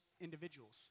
Individuals